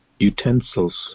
Utensils